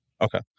Okay